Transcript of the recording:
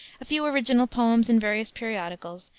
a few original poems in various periodicals,